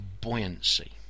buoyancy